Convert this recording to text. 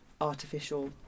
artificial